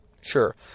Sure